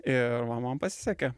ir va man pasisekė